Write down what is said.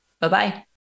Bye-bye